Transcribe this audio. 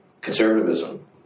conservatism